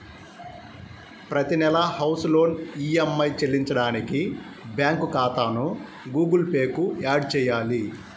ప్రతి నెలా house loan EMI చెల్లించడానికి బ్యాంకు ఖాతాను గుగుల్ పే కు యాడ్ చేయాలి